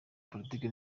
politiki